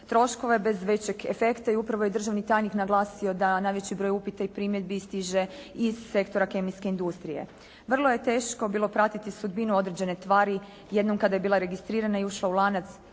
troškove bez većeg efekta i upravo je državni tajnik naglasio da najveći broj upita i primjedbi stiže iz sektora kemijske industrije. Vrlo je teško bilo pratiti sudbinu određene tvari jednom kada je bila registrirana i ušla u lanac